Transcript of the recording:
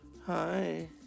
Hi